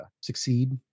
succeed